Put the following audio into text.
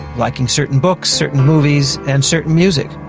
liking certain books, certain movies, and certain music.